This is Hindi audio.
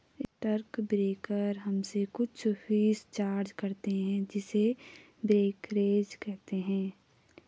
स्टॉक ब्रोकर हमसे कुछ फीस चार्ज करते हैं जिसे ब्रोकरेज कहते हैं